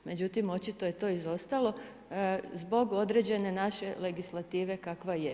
Međutim, očito je to izostalo, zbog određene naše legislative kakva je.